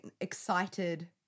excited